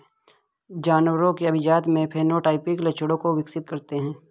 जानवरों की अभिजाती में फेनोटाइपिक लक्षणों को विकसित करते हैं